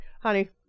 honey